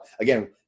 Again